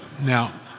Now